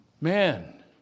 man